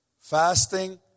Fasting